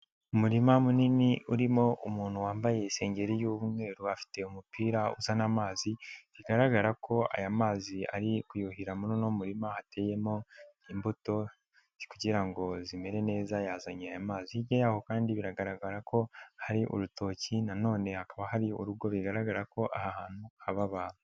Umurima munini urimo umuntu wambaye isengeri y'umweru, afite umupira uzana amazi bigaragara ko aya mazi ari kuyuhiramo mu murima hateyemo imbuto kugira ngo zimere neza, yazanye amazi yaho kandi biragaragara ko hari urutoki na none hakaba hari urugo bigaragara ko ahantu haba abantu.